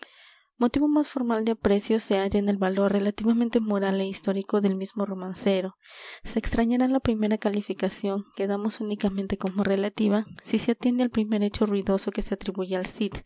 motivo más formal de aprecio se halla en el valor relativamente moral é histórico del mismo romancero se extrañará la primera calificación que damos únicamente como relativa si se atiende al primer hecho ruidoso que se atribuye al cid